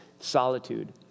solitude